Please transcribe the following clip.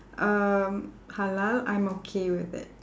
um halal I'm okay with it